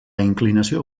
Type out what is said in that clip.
inclinació